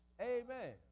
Amen